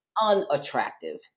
unattractive